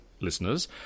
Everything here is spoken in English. listeners